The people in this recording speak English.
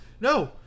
No